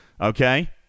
Okay